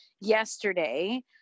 yesterday